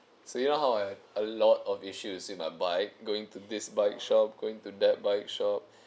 so you know how I a lot of issues with my bike going to this bike shop going to that bike shop